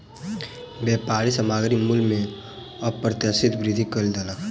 व्यापारी सामग्री मूल्य में अप्रत्याशित वृद्धि कय देलक